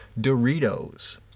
Doritos